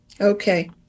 okay